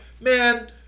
man